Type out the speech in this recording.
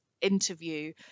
interview